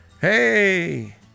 hey